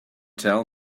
tell